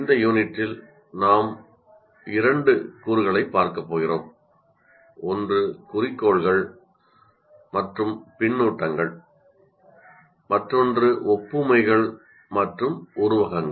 இந்த யூனிட்டில் நாம் இரண்டு பார்க்கப் போகிறோம் ஒன்று குறிக்கோள்கள் மற்றும் பின்னூட்டங்கள் மற்றொன்று ஒப்புமைகள் மற்றும் உருவகங்கள்